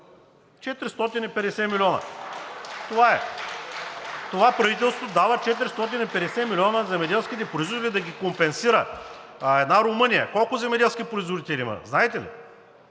за България“.) Това правителство дава 450 милиона на земеделските производители да ги компенсира. А една Румъния колко земеделски производители има? Знаете ли?